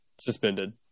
suspended